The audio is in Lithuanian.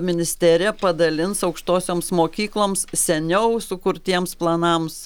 ministerija padalins aukštosioms mokykloms seniau sukurtiems planams